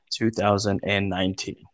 2019